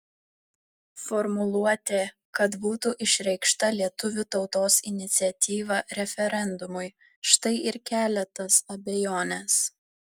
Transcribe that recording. formuluotė kad būtų išreikšta lietuvių tautos iniciatyva referendumui štai ir kelia tas abejones